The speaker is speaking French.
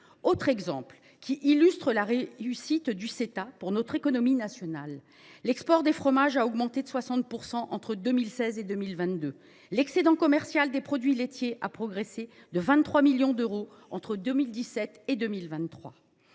Autre exemple qui illustre la réussite du Ceta pour notre économie nationale, l’export des fromages a augmenté de 60 % entre 2016 et 2022. L’excédent commercial des produits laitiers a progressé de 23 millions d’euros entre 2017 et 2023.